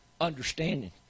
understanding